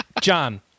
John